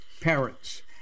parents